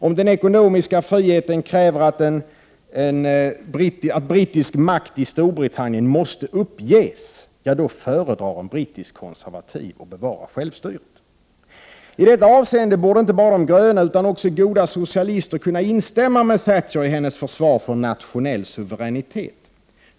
Om den ekonomiska friheten kräver att brittisk makt i Storbritannien måste uppges, då föredrar en brittisk konservativ att bevara självstyret. I detta avseende borde inte bara de gröna utan också goda socialister kunna instämma med Thatcher i hennes försvar för nationell suveränitet.